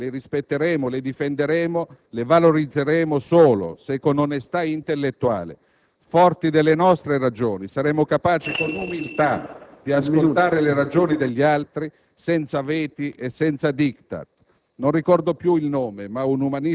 La vita, la famiglia, la pace, le rispetteremo, le difenderemo e le valorizzeremo solo se, con onestà intellettuale, forti delle nostre ragioni, saremo capaci con umiltà di ascoltare le ragioni degli altri senza veti e senza *diktat*.